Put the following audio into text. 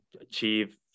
achieve